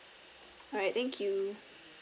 alright thank you